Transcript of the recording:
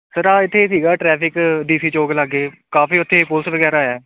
sir ਆ ਇੱਥੇ ਸੀਗਾ ਟਰੈਫਿਕ ਡੀ ਸੀ ਚੌਂਕ ਲਾਗੇ ਕਾਫੀ ਉੱਥੇ ਪੁਲਿਸ ਵਗੈਰਾ ਆ